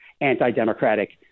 anti-democratic